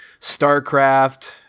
StarCraft